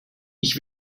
ich